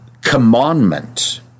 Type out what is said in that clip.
commandment